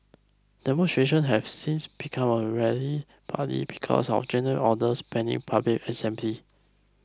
demonstration have since become a rarity partly because of junta orders banning public assembly